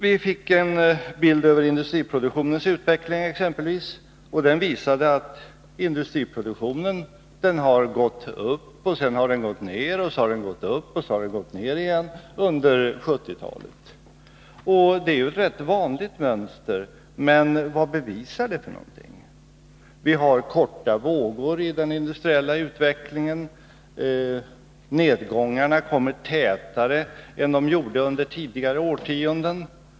Vi fick exempelvis se en bild över industriproduktionens utveckling. Den visade att industriproduktionen har gått upp, och sedan har den gått ned. Sedan har den gått upp, och sedan har den gått ned igen under 1970-talet. Det är ju ett rätt vanligt mönster. Men vad bevisar det för något? Vi har korta vågor i den industriella utvecklingen. Nedgångarna kommer tätare än de gjorde under tidigare årtionden.